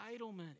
Entitlement